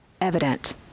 evident